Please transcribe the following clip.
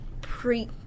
pre